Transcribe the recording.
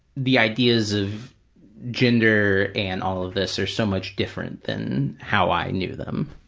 the ideas of gender and all of this are so much different than how i knew them.